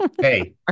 hey